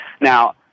Now